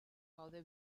gaude